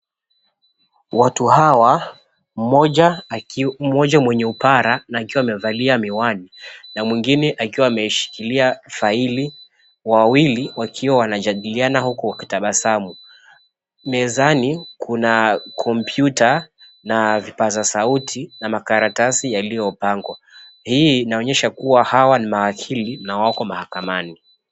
Watu hawa, mmoja mwenye upara na akiwa amevalia miwani, na mwingine akiwa ameshikilia faili, wawili wakiwa wanajadiliana huku wakitabasamu. Mezani Kuna kompyuta na vipaza sauti na makaratasi yaliyopangwa. Hii inaonyesha kuwa hawa ni mawakili na wako mahakamani.